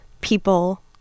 people